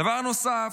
דבר נוסף